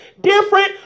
different